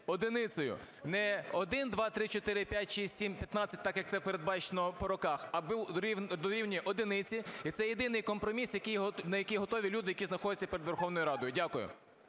одиницею. Не 1, 2, 3, 4, 5, 6, 7, 15, так, як це передбачено по роках, а дорівнює одиниці, і це єдиний компроміс, на який готові люди, які знаходяться перед Верховною Радою. Дякую.